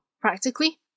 practically